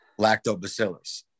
lactobacillus